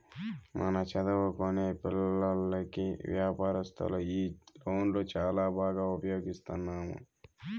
మన చదువుకొనే పిల్లోల్లకి వ్యాపారస్తులు ఈ లోన్లు చాలా బాగా ఉపయోగిస్తున్నాము